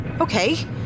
Okay